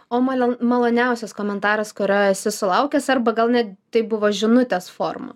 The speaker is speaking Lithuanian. o malon maloniausias komentaras kurio esi sulaukęs arba gal net taip buvo žinutės forma